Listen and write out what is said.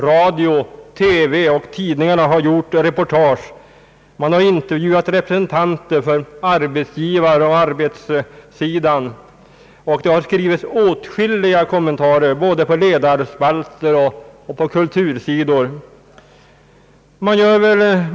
Radio, TV och tidningar har gjort reportage. Man har intervjuat representanter för arbetsgivaroch arbetarsidan, och det har skrivits åtskilliga kommentarer både i ledarspalter och på kultursidor.